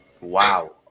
wow